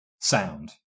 sound